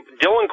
Dylan